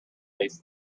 these